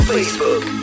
Facebook